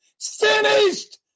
Finished